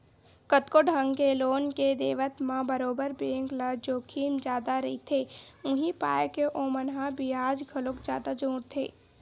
कतको ढंग के लोन के देवत म बरोबर बेंक ल जोखिम जादा रहिथे, उहीं पाय के ओमन ह बियाज घलोक जादा जोड़थे